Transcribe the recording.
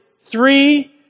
three